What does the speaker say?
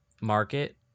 market